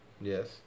Yes